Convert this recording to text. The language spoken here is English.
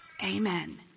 Amen